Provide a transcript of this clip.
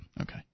Okay